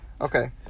Okay